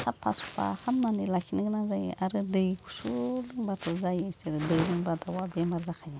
साफा सुफा खालामनानै लाखिनो गोनां जायो आरो दै गुसु लोंबाथ' जायो इसोर दै लोंबा दावआ बेमार जाखायो